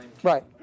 Right